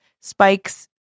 Spike's